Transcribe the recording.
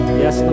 yes